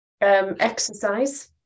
exercise